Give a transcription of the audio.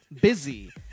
busy